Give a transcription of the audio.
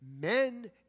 Men